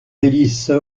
délices